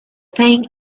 thing